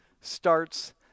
starts